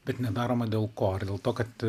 bet nedaroma dėl ko ar dėl to kad